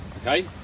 Okay